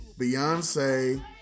Beyonce